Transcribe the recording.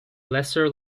lesser